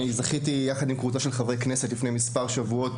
זכיתי לפני מספר שבועות,